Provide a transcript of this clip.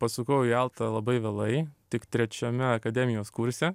pasukau į altą labai vėlai tik trečiame akademijos kurse